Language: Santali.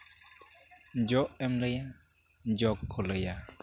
ᱡᱚᱜ ᱮᱢ ᱞᱟᱹᱭᱟ ᱡᱚᱜᱽ ᱠᱚ ᱞᱟᱹᱭᱟ